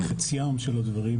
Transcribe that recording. משהו.